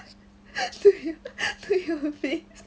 to you to your face